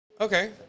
Okay